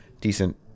decent